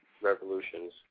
Revolutions